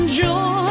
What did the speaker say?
joy